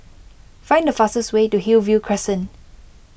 find the fastest way to Hillview Crescent